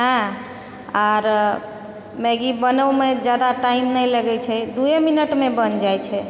हँ आओर मैगी बनैमे ज्यादा टाइम नहि लगै छै दुइए मिनटमे बनि जाइ छै